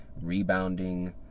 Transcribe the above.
rebounding